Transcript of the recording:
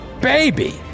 baby